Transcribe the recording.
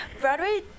Broadway